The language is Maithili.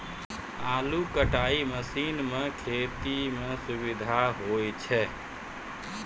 आलू कटाई मसीन सें खेती म सुबिधा होय छै